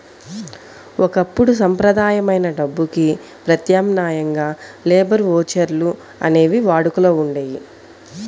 ఒకప్పుడు సంప్రదాయమైన డబ్బుకి ప్రత్యామ్నాయంగా లేబర్ ఓచర్లు అనేవి వాడుకలో ఉండేయి